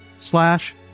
slash